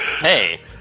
Hey